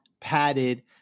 padded